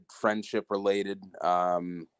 friendship-related